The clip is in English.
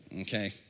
okay